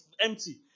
empty